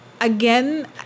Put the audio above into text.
again